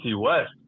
West